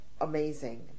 amazing